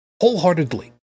wholeheartedly